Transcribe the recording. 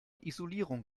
isolierung